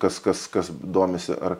kas kas kas domisi ar